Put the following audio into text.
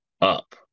up